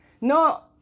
no